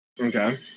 Okay